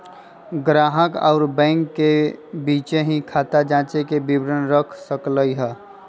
ग्राहक अउर बैंक के बीचे ही खाता जांचे के विवरण रख सक ल ह